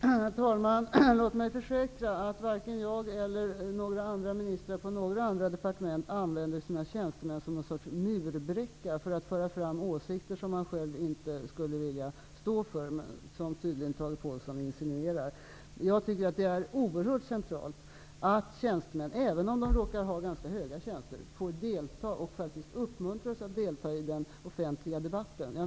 Herr talman! Låt mig försäkra att varken jag eller några andra ministrar på andra departement använder våra tjänstemän som någon sorts murbräcka för att föra fram åsikter som vi själva inte vill stå för, som Tage Påhlsson tydligen insinuerar. Det är oerhört centralt att tjänstemän, även om de råkar ha ganska höga tjänster, får delta och faktiskt uppmuntras att delta i den offentliga debatten.